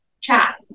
chat